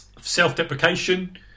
self-deprecation